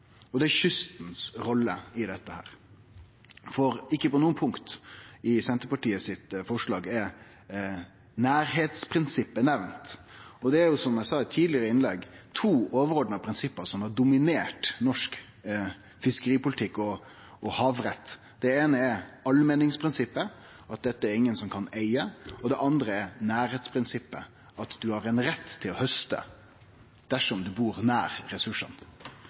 er nærleiksprinsippet nemnt. Og det er, som eg sa i eit tidlegare innlegg, to overordna prinsipp som har dominert norsk fiskeripolitikk og havrett: Det eine er allmenningsprinsippet – at dette er det ingen som kan eige, og det andre er nærleiksprinsippet – at ein har ein rett til hauste dersom ein bur nær ressursane.